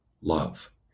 love